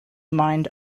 mined